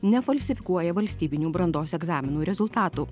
nefalsifikuoja valstybinių brandos egzaminų rezultatų